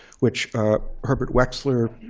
which herbert wechsler